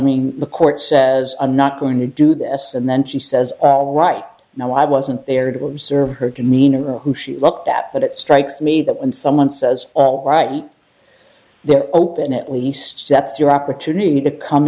mean the court says i'm not going to do this and then she says right now i wasn't there to observe her demeanor or who she looked at but it strikes me that when someone says all right they're open at least